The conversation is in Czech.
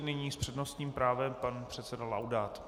Nyní s přednostním právem pan předseda Laudát.